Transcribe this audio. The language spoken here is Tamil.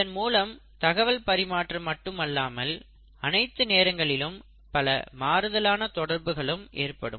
இதன் மூலம் தகவல் பரிமாற்றம் மட்டுமில்லாமல் அனைத்து நேரங்களிலும் பல மாறுதலான தொடர்புகளும் ஏற்படும்